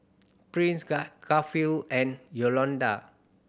Prince Garfield and Yolanda